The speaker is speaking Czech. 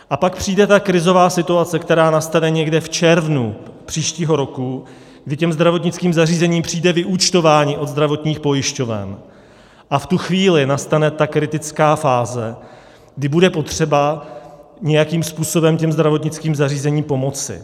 A pak přijde ta krizová situace, která nastane někdy v červnu příštího roku, kdy těm zdravotnickým zařízením přijde vyúčtování od zdravotních pojišťoven, a v tu chvíli nastane ta kritická fáze, kdy bude potřeba nějakým způsobem těm zdravotnickým zařízením pomoci.